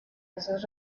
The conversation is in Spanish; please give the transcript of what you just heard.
veces